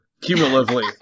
Cumulatively